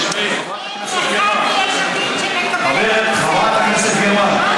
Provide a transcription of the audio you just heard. תשמעי, חברת הכנסת גרמן.